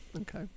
Okay